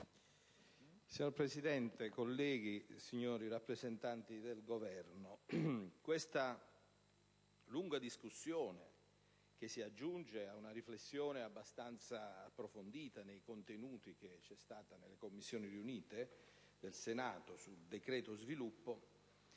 Signora Presidente, colleghi, signori rappresentanti del Governo, credo che questa lunga discussione, che si aggiunge a una riflessione abbastanza approfondita nei contenuti svolta presso le Commissioni riunite del Senato sul decreto sviluppo,